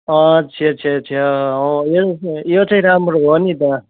अच्छा छा छा यो चाहिँ राम्रो हो नि त